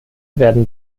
werden